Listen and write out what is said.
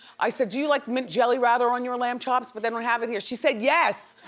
i said, do you like mint jelly rather on your lamb chops but they don't have it here, she said yes.